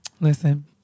listen